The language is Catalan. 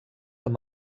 amb